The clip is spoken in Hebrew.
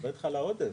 מדברים על העודף.